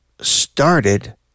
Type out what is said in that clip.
started